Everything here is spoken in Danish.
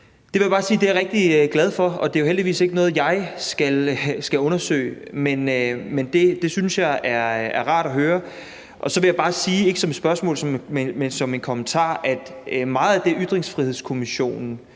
Det vil jeg bare sige jeg er rigtig glad for, og det er jo heldigvis ikke noget, jeg skal undersøge, men det synes jeg er rart at høre. Så vil jeg bare sige, ikke som et spørgsmål, men som en kommentar, at meget af det, Ytringsfrihedskommissionen